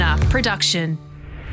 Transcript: Production